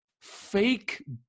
fake